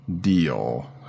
deal